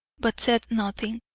but said nothing.